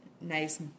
nice